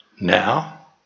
now